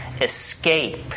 escape